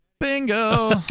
Bingo